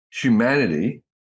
humanity